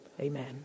Amen